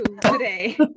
today